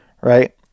right